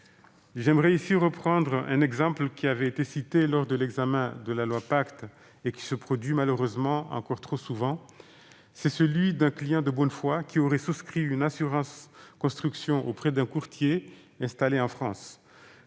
J'aimerais ici reprendre un exemple qui avait été cité lors de l'examen de la loi Pacte et qui se produit malheureusement encore trop souvent, celui d'un client de bonne foi qui aurait souscrit une assurance construction auprès d'un courtier installé en France.